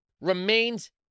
remains